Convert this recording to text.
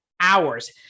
hours